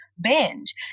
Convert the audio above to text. binge